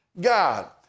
God